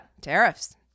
Tariffs